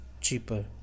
cheaper